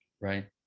Right